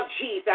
Jesus